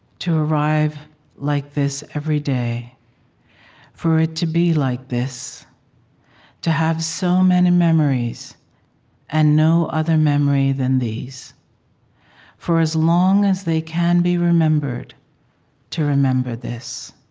to arrive like this every day for it to be like this to have so many memories and no other memory than these for as long as they can be remembered to remember this.